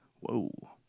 Whoa